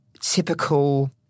typical